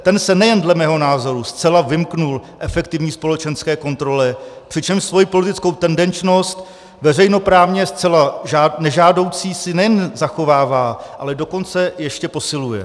Ten se nejen dle mého názoru zcela vymkl efektivní společenské kontrole, přičemž svoji politickou tendenčnost veřejnoprávně zcela nežádoucí si nejen zachovává, ale dokonce ještě posiluje.